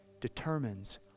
determines